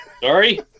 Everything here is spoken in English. Sorry